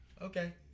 Okay